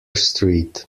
street